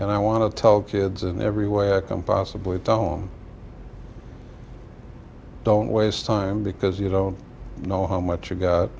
and i want to tell kids in every way i can possibly tone don't waste time because you don't know how much you've got